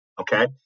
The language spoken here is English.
Okay